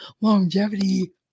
longevity